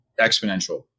exponential